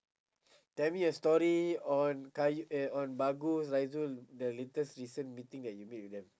tell me a story on qayyu~ eh on bagus faizul the latest recent meeting that you meet with them